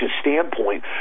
standpoint